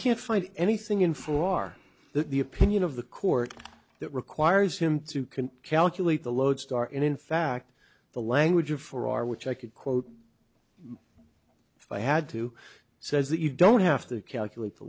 can't find anything in four are the opinion of the court that requires him to can calculate the lodestar in fact the language for our which i could quote if i had to says that you don't have to calculate the